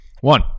one